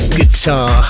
guitar